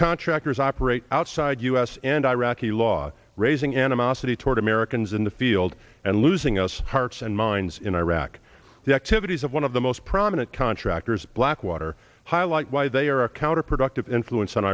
contractors operate outside u s and iraqi law raising animosity toward americans in the field and losing us hearts and minds in iraq the activities of one of the most prominent contractors blackwater highlight why they are counterproductive influence on